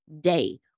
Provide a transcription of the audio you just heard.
day